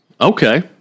Okay